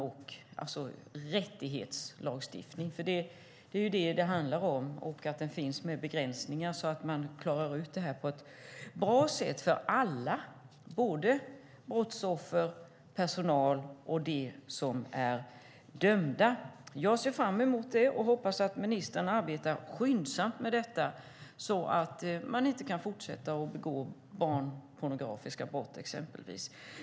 Det är viktigt att det finns begränsningar så att man klarar ut det här på ett bra sätt för alla, såväl brottsoffer som personal och de som är dömda. Jag ser fram emot det och hoppas att ministern arbetar skyndsamt med detta så att man inte kan fortsätta att begå exempelvis barnpornografiska brott.